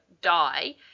die